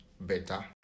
better